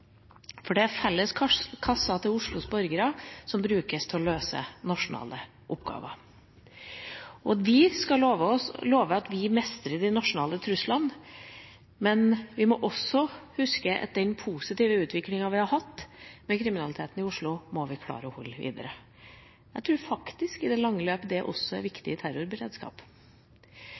for det er felleskassa til Oslos borgere som brukes til å løse nasjonale oppgaver. Vi kan love at vi mestrer de nasjonale truslene, men vi må også huske på å klare å opprettholde den positive utviklinga vi har hatt med kriminaliteten i Oslo. Jeg tror også at det er viktig i det lange løp når det kommer til terrorberedskap. Mange av ungdomsprosjektene og forebyggingsprosjektene vi har, er